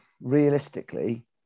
realistically